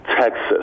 texas